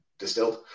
Distilled